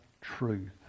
truth